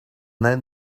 then